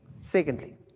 Secondly